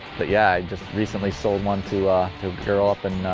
but yeah. just recently sold one two to curl up in